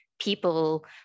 people